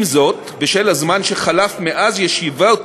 עם זאת, בשל הזמן שחלף מאז ישיבות